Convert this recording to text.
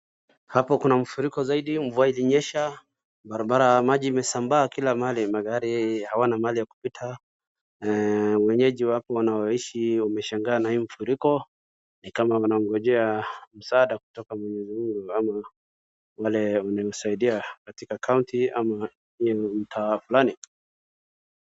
Hapo kuna mafuriko zaidi, mvua ilinyesha barabara aji imesambaa kila mahali hawana ahali ya kupita, wenyeji wa wapo wanaoishi wameshangaa na hii mafuriko, ni kama wanaongojea msaada kutoka Mwenyezi Mungu ama wale ni msaidia katika kaunti ama hii mtaa fulani.